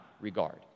regard